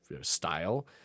style